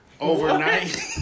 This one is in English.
Overnight